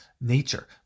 nature